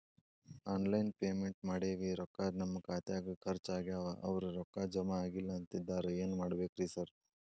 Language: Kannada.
ಆನ್ಲೈನ್ ಪೇಮೆಂಟ್ ಮಾಡೇವಿ ರೊಕ್ಕಾ ನಮ್ ಖಾತ್ಯಾಗ ಖರ್ಚ್ ಆಗ್ಯಾದ ಅವ್ರ್ ರೊಕ್ಕ ಜಮಾ ಆಗಿಲ್ಲ ಅಂತಿದ್ದಾರ ಏನ್ ಮಾಡ್ಬೇಕ್ರಿ ಸರ್?